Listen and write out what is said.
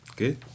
Good